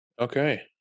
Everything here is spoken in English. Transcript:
Okay